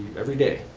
everyday.